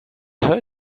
heard